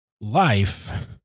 life